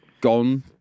gone